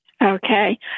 Okay